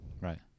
Right